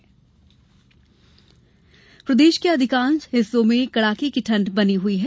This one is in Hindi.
मौसम प्रदेश के अधिकांश हिस्सों में कड़ाके की ठंड बनी हुई है